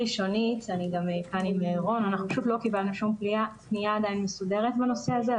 ראשית, עדיין לא קיבלנו פנייה מסודרת בנושא הזה.